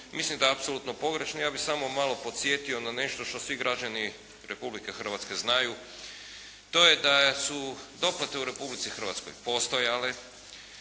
mislim da je apsolutno pogrešno. Ja bih samo malo podsjetio na nešto što svi građani Republike Hrvatske znaju. To je da su doplate u Republici Hrvatskoj postojale,